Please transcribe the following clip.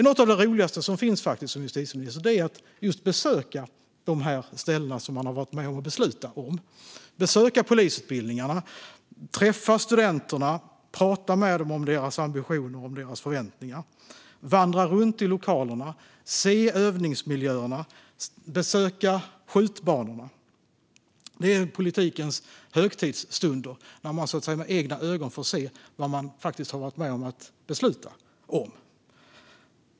Något av det roligaste som finns som justitieminister är just att besöka de ställen man har varit med och beslutat om - att besöka polisutbildningarna, träffa studenterna och prata med dem om deras ambitioner och förväntningar, vandra runt i lokalerna, se övningsmiljöerna och besöka skjutbanorna. Det är politikens högtidsstunder när man med egna ögon får se vad man har varit med och beslutat om.